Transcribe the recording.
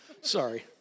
Sorry